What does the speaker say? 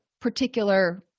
particular